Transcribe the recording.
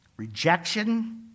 rejection